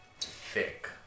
Thick